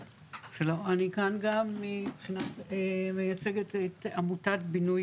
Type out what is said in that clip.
אני כאן גם מייצגת את עמותת בינוי